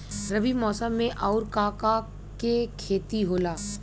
रबी मौसम में आऊर का का के खेती होला?